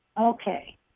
Okay